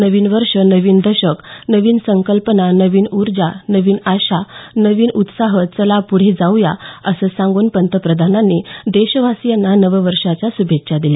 नवीन वर्ष नवीन दशक नवीन संकल्प नवीन ऊर्जा नवीन आशा नवीन उत्साह चला पुढे जाऊया असं सांगून पंतप्रधानांनी देशवासियांना नववर्षाच्या श्भेच्छा दिल्या